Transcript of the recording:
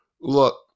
look